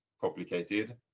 complicated